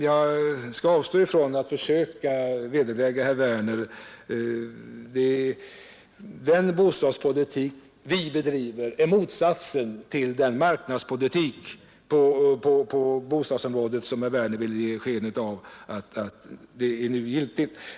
Jag skall avstå från att försöka vederlägga herr Werner. Den bostadspolitik vi bedriver är motsatsen till den marknadspolitik på bostadsområdet som herr Werner vill ge sken av gäller nu.